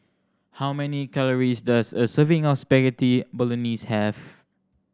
how many calories does a serving of Spaghetti Bolognese have